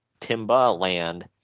Timbaland